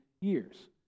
years